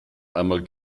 einmal